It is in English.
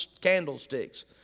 candlesticks